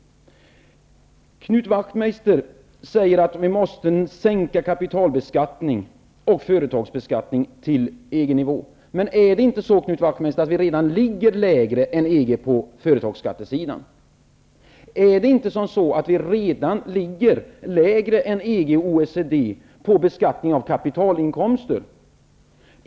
Knut Wachtmeister säger att vi måste sänka kapitalbeskattning och företagsbeskattning till EG-nivå. Men är det inte så, Knut Wachtmeister, att vi redan ligger lägre än EG på företagsskattesidan? Är det inte så att vi redan ligger lägre än EG och OECD när det gäller beskattning av kapitalinkomster?